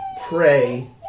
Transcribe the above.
pray